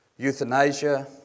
Euthanasia